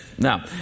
Now